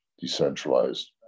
decentralized